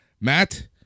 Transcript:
Matt